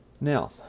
Now